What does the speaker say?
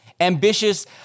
Ambitious